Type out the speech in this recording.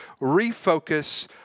refocus